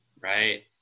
right